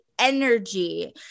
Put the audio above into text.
energy